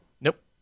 nope